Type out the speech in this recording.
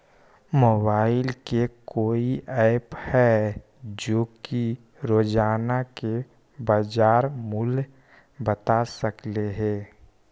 Mobile के कोइ app है जो कि रोजाना के बाजार मुलय बता सकले हे?